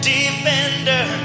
Defender